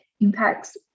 impacts